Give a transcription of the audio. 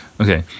okay